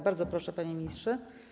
Bardzo proszę, panie ministrze.